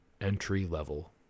entry-level